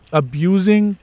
abusing